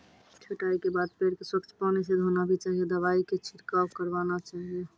छंटाई के बाद पेड़ क स्वच्छ पानी स धोना भी चाहियो, दवाई के छिड़काव करवाना चाहियो